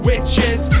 Witches